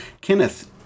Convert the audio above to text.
Kenneth